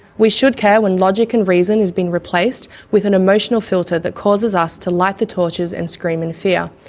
we should care when logic and reason is being replaced with an emotional filter that causes us to light the torches and scream in fear,